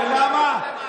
ולמה?